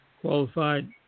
qualified